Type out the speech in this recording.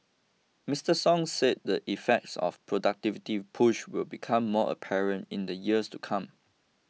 Mister Song said the effects of productivity push will become more apparent in the years to come